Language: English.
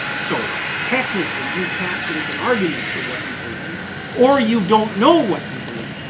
so technically you can't make an argument for what you believe or you don't know what you believe.